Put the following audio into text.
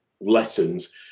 lessons